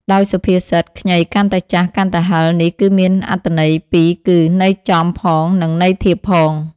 ដោយសុភាសិត ខ្ញីកាន់តែចាស់ កាន់តែហឹរ នេះគឺមានអត្ថន័យពីរគឺ ន័យចំផង និងន័យធៀបផង។